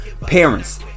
parents